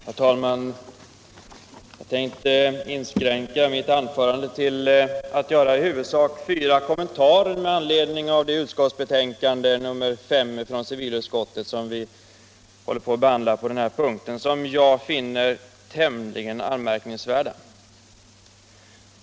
Herr talman! Jag tänkte inskränka mig till att göra i huvudsak fyra kommentarer med anledning av civilutskottets betänkande nr 5 som vi nu behandlar. Det gäller punkter som jag finner tämligen anmärkningsvärda.